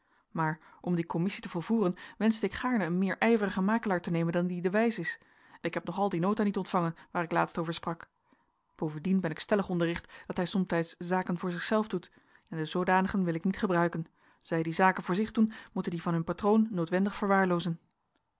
maar om die commissie te volvoeren wenschte ik gaarne een meer ijverigen makelaar te nemen dan die de wijs is ik heb nogal die nota niet ontvangen waar ik laatst over sprak bovendien ben ik stellig onderricht dat hij somtijds zaken voor zichzelf doet en de zoodanigen wil ik niet gebruiken zij die zaken voor zich doen moeten die van hun patroon noodwendig verwaarloozen